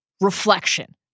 reflection